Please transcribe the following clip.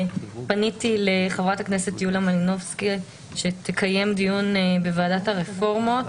פניתי לחברת הכנסת יוליה מלינובסקי לקיים דיון בוועדת הרפורמות.